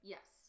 Yes